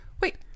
Wait